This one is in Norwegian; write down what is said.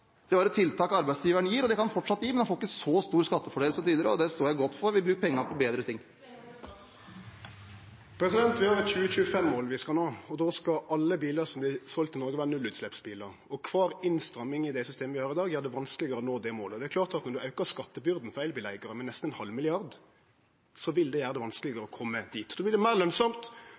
Det var et tilbud arbeidsgiveren kunne gi, og det kan man fortsatt gi, men man får ikke en så stor skattefordel som tidligere. Det står jeg for; vi bruker pengene på bedre ting. Vi har eit 2025-mål vi skal nå. Då skal alle bilar som vert selde i Noreg, vere nullutsleppsbilar, og kvar innstramming i det systemet vi har i dag, gjer det vanskelegare å nå det målet. Det er klart at når ein aukar skattebyrda til elbileigarane med nesten ein halv milliard, vil det gjere det vanskelegare å kome dit. Då vert det meir